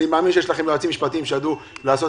אני מאמין שיש לכם יועצים משפטיים שידעו לעשות